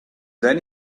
then